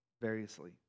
variously